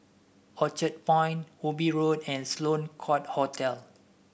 Orchard Point Ubi Road and Sloane Court Hotel